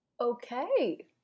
Okay